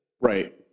Right